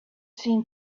seen